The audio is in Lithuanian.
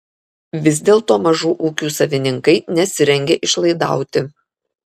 vis dėlto mažų ūkių savininkai nesirengia išlaidauti